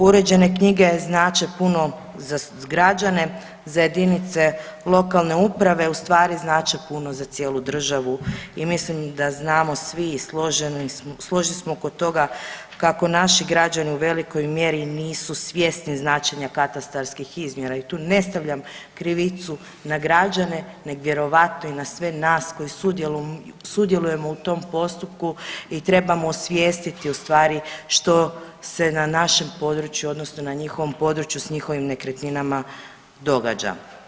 Uređene knjige znače puno za građane, za jedinice lokalne uprave u stvari znače puno za cijelu državu i mislim da znamo svi i složni smo oko toga kako naši građani u velikoj mjeri nisu svjesni značenja katastarskih izmjera i tu ne stavljam krivicu na građane, nego vjerojatno i na sve nas koji sudjelujemo u tom postupku i trebamo osvijestiti u stvari što se na našem području, odnosno na njihovom području s njihovim nekretninama događa.